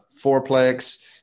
fourplex